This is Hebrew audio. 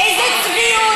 איזו צביעות,